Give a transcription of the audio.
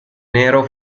nero